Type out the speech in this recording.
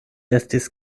estis